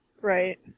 Right